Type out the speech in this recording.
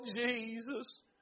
Jesus